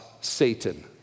Satan